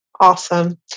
Awesome